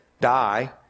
Die